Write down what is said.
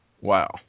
wow